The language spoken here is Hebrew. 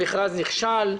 המכרז נכשל,